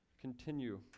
continue